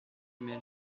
miel